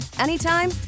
anytime